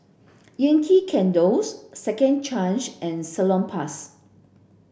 Yankee Candles Second Chance and Salonpas